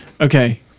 Okay